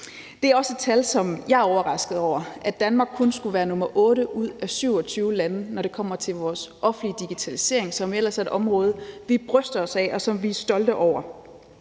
Det er et tal, som jeg også er overrasket over, altså at Danmark kun skulle være nummer otte ud af 27 lande, når det kommer til vores offentlige digitalisering, som ellers er et område, vi bryster os af, og som vi er stolte over.